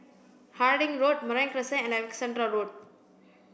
Harding Road Marine Crescent and Alexandra Road